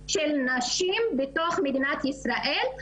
של נשים בתוך מדינת ישראל,